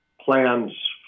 plans